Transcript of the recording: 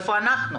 איפה אנחנו.